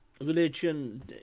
religion